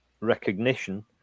recognition